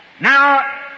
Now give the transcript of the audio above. Now